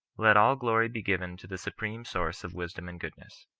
let all glory be given to the supreme source of wisdom and goodness.